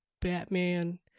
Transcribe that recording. Batman